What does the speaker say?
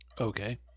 Okay